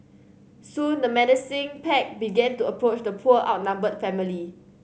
soon the menacing pack began to approach the poor outnumbered family